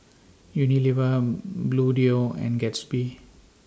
Unilever Bluedio and Gatsby